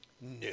No